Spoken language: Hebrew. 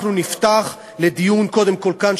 אנחנו נפתח לדיון קודם כול כאן,